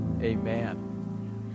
Amen